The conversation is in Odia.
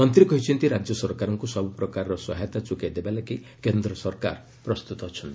ମନ୍ତ୍ରୀ କହିଛନ୍ତି ରାଜ୍ୟ ସରକାରଙ୍କୁ ସବୁପ୍ରକାର ସହାୟତା ଯୋଗାଇ ଦେବାକୁ କେନ୍ଦ୍ର ସରକାର ପ୍ରସ୍ତୁତ ଅଛନ୍ତି